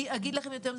אני אגיד לכם יותר מזה,